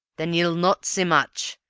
then ye'll not see much,